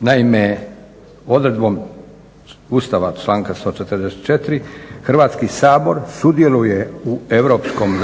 Naime, odredbom Ustava članka 144. Hrvatski sabor sudjeluje u europskom